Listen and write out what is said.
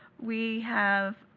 we have